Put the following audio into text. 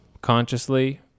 consciously